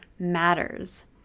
matters